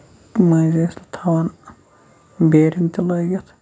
مٔنزۍ ٲسۍ تھاوان بیرِنگ تہِ لٲگِتھ